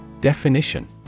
Definition